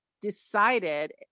decided